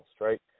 right